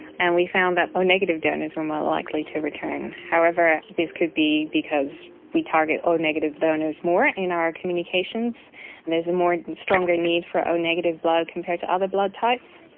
and we found that o negative donors were more likely to return. however, this could be because we target o negative donors more in our communications, and there's a more stronger need for o negative blood compared to other blood types.